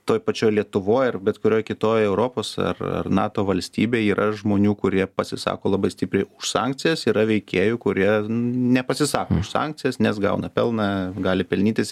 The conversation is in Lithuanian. toj pačioj lietuvoj ar bet kurioj kitoj europos ar ar nato valstybėj yra žmonių kurie pasisako labai stipriai už sankcijas yra veikėjų kurie nepasisako už sankcijas nes gauna pelną gali pelnytis